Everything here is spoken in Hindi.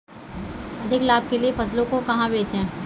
अधिक लाभ के लिए फसलों को कहाँ बेचें?